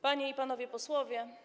Panie i Panowie Posłowie!